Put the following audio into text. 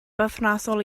berthnasol